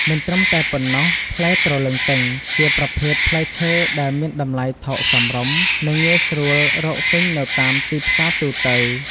មិនត្រឹមតែប៉ុណ្ណោះ ផ្លែទ្រលឹងទឹងជាប្រភេទផ្លែឈើដែលមានតម្លៃថោកសមរម្យ និងងាយស្រួលរកទិញនៅតាមទីផ្សារទូទៅ។